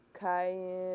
cayenne